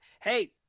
hey